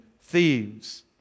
thieves